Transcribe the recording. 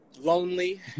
Lonely